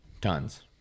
Tons